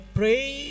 pray